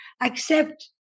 Accept